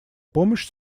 помощь